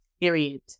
Period